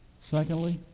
Secondly